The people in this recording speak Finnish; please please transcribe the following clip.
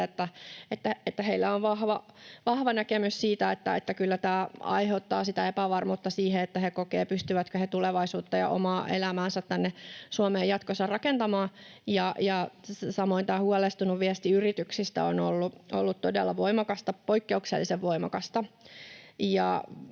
Heillä on vahva näkemys siitä, että kyllä tämä aiheuttaa epävarmuutta siinä, että he kokevat, pystyvätkö he tulevaisuutta ja omaa elämäänsä tänne Suomeen jatkossa rakentamaan. Samoin tämä huolestunut viesti yrityksistä on ollut todella voimakasta, poikkeuksellisen voimakasta,